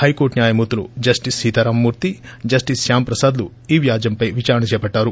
హైకోర్లు న్యాయమూర్తులు justice Sitaramamurthy justice శ్యాంప్రసాద్లు ఈ వ్యాజ్యంపై విదారణ చేపట్లారు